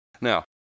Now